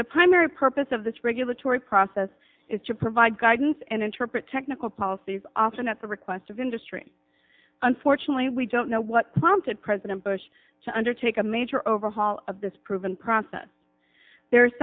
the primary purpose of this regulatory process is to provide guidance and interpret technical policies often at the request of industry unfortunately we don't know what prompted president bush to undertake a major overhaul of this proven process there